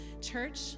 church